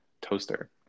toaster